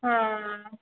ആ